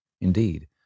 Indeed